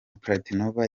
pletnyova